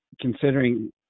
considering